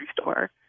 store